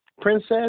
princess